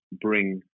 bring